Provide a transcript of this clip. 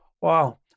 wow